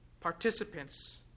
participants